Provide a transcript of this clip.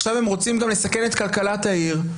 עכשיו הם רוצים גם לסכן את כלכלת העיר,